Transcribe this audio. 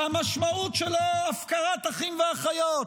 שהמשמעות שלו הפקרת אחים ואחיות,